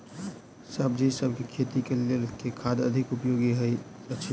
सब्जीसभ केँ खेती केँ लेल केँ खाद अधिक उपयोगी हएत अछि?